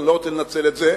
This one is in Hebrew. אני לא רוצה לנצל את זה,